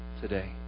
today